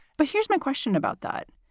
but here's my question about that.